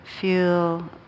feel